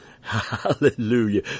Hallelujah